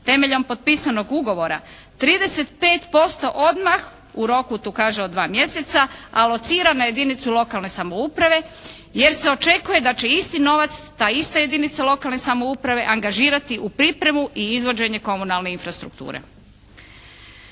temeljem potpisanog ugovora, 35% odmah u roku tu kaže od dva mjeseca, alocira na jedinicu lokalne samouprave jer se očekuje da će isti novac ta ista jedinica lokalne samouprave angažirati u pripremu i izvođenje komunalne infrastrukture.